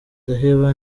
ndaheba